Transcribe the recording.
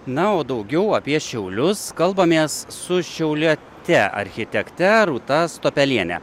na o daugiau apie šiaulius kalbamės su šiauliete architekte rūta stuopelienė